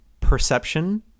perception